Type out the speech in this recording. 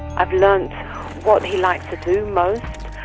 i've learned what he likes to do most,